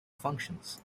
functions